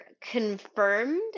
confirmed